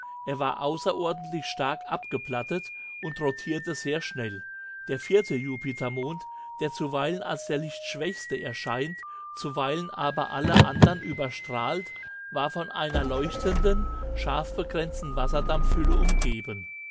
er war außerordentlich stark abgeplattet und rotierte sehr schnell der vierte jupitermond der zuweilen als der lichtschwächste erscheint zuweilen aber alle andern überstrahlt war von einer leuchtenden scharfbegrenzten wasserdampfhülle umgeben